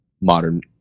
modern